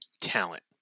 talent